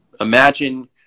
imagine